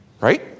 Right